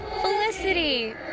Felicity